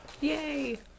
Yay